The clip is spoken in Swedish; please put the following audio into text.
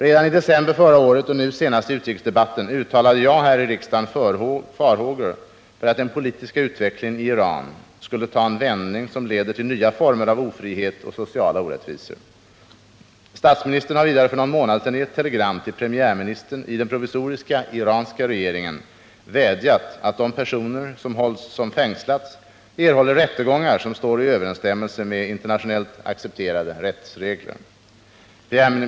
Redan i december förra året och nu senast i utrikesdebatten uttalade jag här i riksdagen farhågor för att den politiska utvecklingen i Iran skulle ta en vändning som leder till nya former av ofrihet och sociala orättvisor. Statsministern har vidare för någon månad sedan i ett telegram till premiärministern i den provisoriska iranska regeringen vädjat att de personer som fängslats erhåller rättegångar som står i överensstämmelse med internationellt accepterade rättsregler.